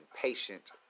patient